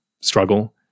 struggle